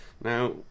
Now